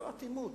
זו אטימות,